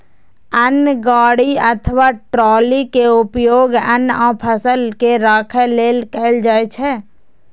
अन्न गाड़ी अथवा ट्रॉली के उपयोग अन्न आ फसल के राखै लेल कैल जाइ छै